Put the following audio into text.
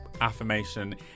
affirmation